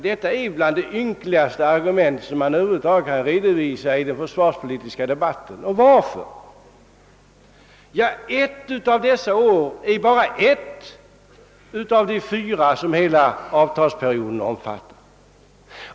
Detta är det ynkligaste argument som över huvud taget kan redovisas i den försvarspolitiska debatten. Och varför är det så? Jo, det gäller ju bara ett av de fyra år som avtalsperioden omfattar.